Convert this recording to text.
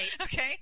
Okay